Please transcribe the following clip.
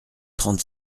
trente